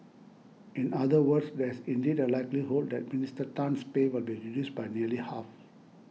in other words there's indeed a likelihood that Minister Tan's pay will be reduced by nearly half